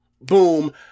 boom